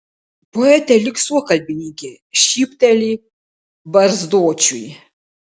poetė lyg suokalbininkė šypteli barzdočiui